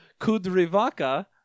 Kudrivaka